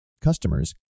Customers